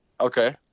Okay